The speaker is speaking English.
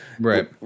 right